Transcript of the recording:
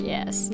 Yes